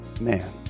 Man